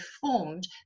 formed